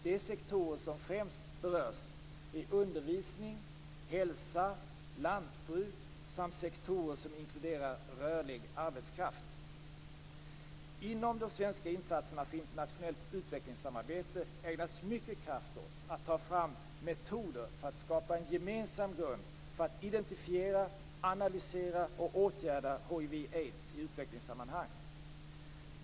De sektorer som främst berörs är undervisning, hälsa, lantbruk samt sektorer som inkluderar rörlig arbetskraft. Inom de svenska insatserna för internationellt utvecklingssamarbete ägnas mycket kraft åt att ta fram metoder för att skapa en gemensam grund för att identifiera, analysera och åtgärda hiv/aids i utvecklingssammanhang.